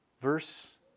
verse